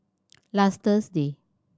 last Thursday